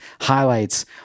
highlights